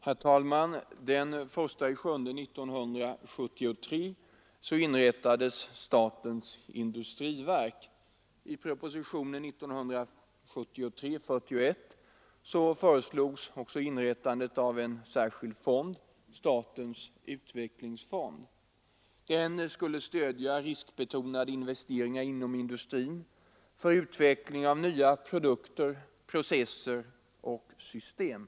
Herr talman! Den 1 juli 1973 inrättades statens industriverk. I propositionen 1973:41 föreslogs också inrättandet av en särskild fond, statens utvecklingsfond. Den skulle stödja riskbetonade investeringar inom industrin för utveckling av nya produkter, processer och system.